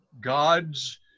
gods